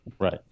Right